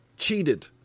cheated